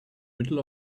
middle